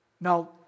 Now